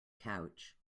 couch